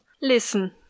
Listen